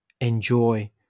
enjoy